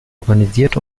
organisiert